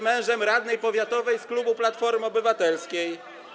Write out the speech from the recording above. mężem radnej powiatowej z klubu Platformy Obywatelskiej.